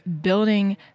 building